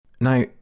Now